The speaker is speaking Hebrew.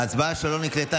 ההצבעה שלו לא נקלטה,